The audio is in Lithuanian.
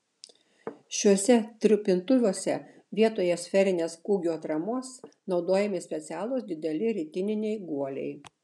šiuose trupintuvuose vietoje sferinės kūgio atramos naudojami specialūs dideli ritininiai guoliai